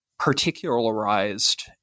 particularized